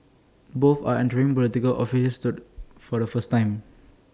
both are entering Political office for the first time